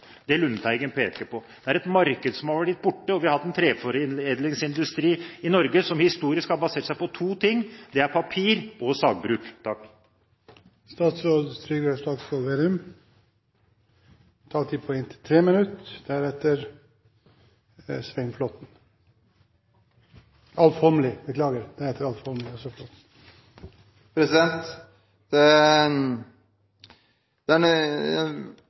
Det Lundteigen peker på, er et marked som er blitt borte. Vi har hatt en treforedlingsindustri i Norge som historisk har basert seg på to ting, og det er papir og sagbruk. Jeg vil følge opp representanten Flåttens innlegg. Det er